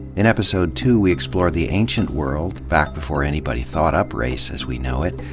in episode two, we explored the ancient world, back before anybody thought up race as we know it,